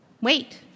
Wait